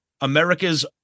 America's